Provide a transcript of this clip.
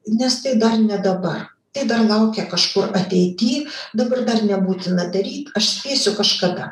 nes tai dar ne dabar tai dar laukia kažkur ateity dabar dar nebūtina daryt aš spėsiu kažkada